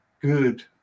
good